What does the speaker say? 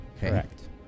Correct